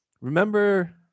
remember